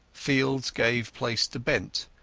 fields gave place to bent,